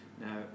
now